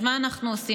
אז מה אנחנו עושים?